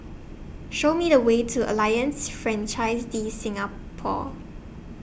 Show Me The Way to Alliance Francaise De Singapour